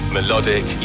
Melodic